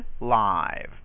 live